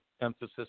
emphasis